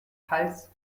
hals